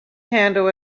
handle